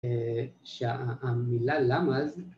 ‫שהמילה למה...